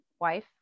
wife